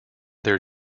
their